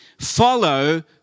Follow